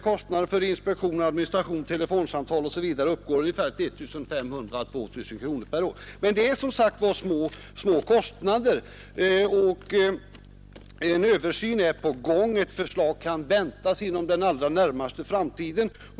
Kostnaden för inspektion av stationen, telefonsamtal osv. ligger på 1 500—2 000 kronor per år. Det är, som sagt, små kostnader. Men en översyn är på gång, och ett förslag kan väntas inom den allra närmaste framtiden.